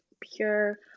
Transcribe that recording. pure